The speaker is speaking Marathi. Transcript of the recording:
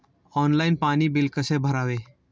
ऑनलाइन पाणी बिल कसे भरावे?